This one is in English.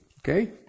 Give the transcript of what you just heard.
Okay